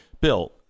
Bill